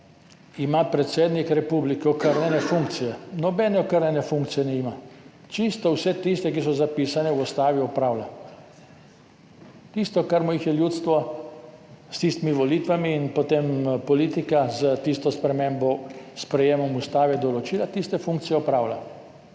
ima predsednik republike okrnjene funkcije – nobene okrnjene funkcije nima, čisto vse tiste, ki so zapisane v ustavi, opravlja, tiste, kar mu jih je ljudstvo s tistimi volitvami in potem politika s tisto spremembo, s sprejetjem ustave določila, tiste funkcije opravlja.